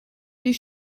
die